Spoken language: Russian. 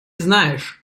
знаешь